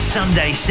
Sunday